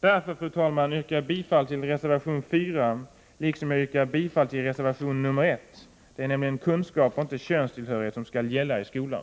Därför, fru talman, yrkar jag bifall till reservation 4 liksom till reservation 1. Det är nämligen kunskap och inte könstillhörighet som skall gälla i skolan.